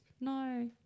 No